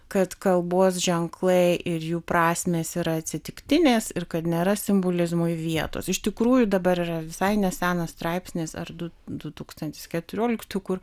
kad kalbos ženklai ir jų prasmės yra atsitiktinės ir kad nėra simbolizmui vietos iš tikrųjų dabar yra visai neseną straipsnis ar du du tūkstantis keturioliktų kur